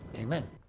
amen